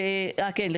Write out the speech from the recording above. אה, כן.